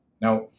now